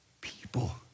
people